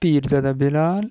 Peerzada Bilal